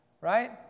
Right